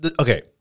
Okay